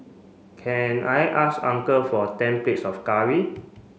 can I ask uncle for ten plates of curry